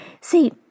See